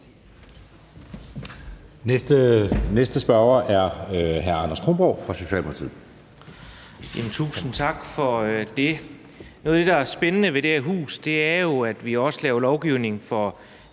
næste spørger er hr. Anders Kronborg fra Socialdemokratiet.